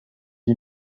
you